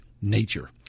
Nature